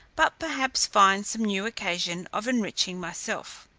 but perhaps find some new occasion of enriching myself.